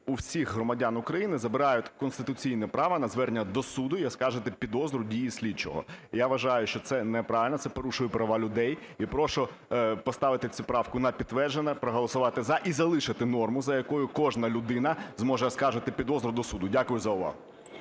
у всіх громадян України забирають конституційне право на звернення до суду і оскаржувати підозру і дії слідчого. Я вважаю, що це неправильно, це порушує права людей. І прошу поставити цю правку на підтвердження, проголосувати "за" і залишити норму, за якою кожна людина зможе оскаржити підозру до суду. Дякую за увагу.